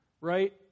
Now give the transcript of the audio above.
right